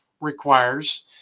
requires